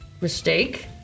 Mistake